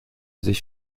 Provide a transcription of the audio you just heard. sich